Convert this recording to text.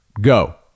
go